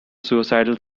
suicidal